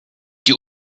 die